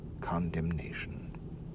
condemnation